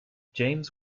james